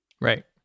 right